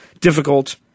difficult